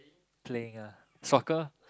playing ah soccer